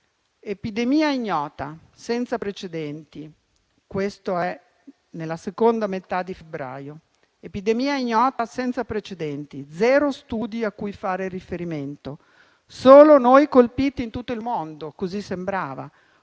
epidemia ignota, senza precedenti